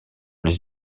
les